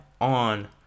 on